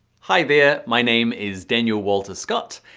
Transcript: hi, there. my name is daniel walter scott,